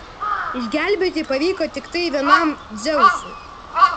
išsigelbėti pavyko tiktai vienam dzeusui